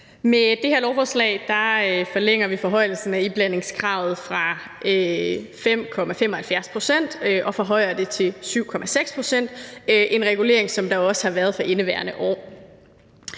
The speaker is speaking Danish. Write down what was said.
Med det her lovforslag forlænger vi forhøjelsen af iblandingskravet fra 5,75 pct. til 7,6 pct. Det er en regulering, der også har været for indeværende år.